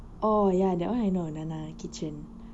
oh ya that one I know nana kitchen